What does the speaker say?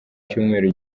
cyumweru